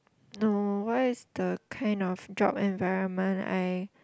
no why is the kind of job environment I